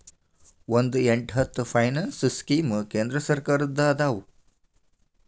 ಒಂದ್ ಎಂಟತ್ತು finance scheme ಕೇಂದ್ರ ಸರ್ಕಾರದ್ದ ಅದಾವ